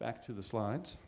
back to the slides